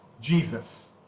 Jesus